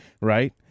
right